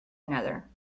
another